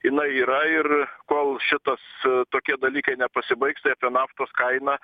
jinai yra ir kol šitas tokie dalykai nepasibaigs tai apie naftos kainą